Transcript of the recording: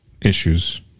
issues